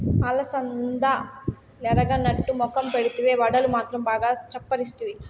అలసందలెరగనట్టు మొఖం పెడితివే, వడలు మాత్రం బాగా చప్పరిస్తివి